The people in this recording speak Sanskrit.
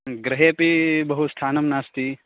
ह्म् गृहे अपि बहु स्थानं नास्ति